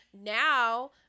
now